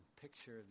picture